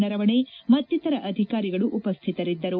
ನರವಣೆ ಮತ್ತಿತರ ಅಧಿಕಾರಿಗಳು ಉಪಸ್ಟಿತರಿದ್ದರು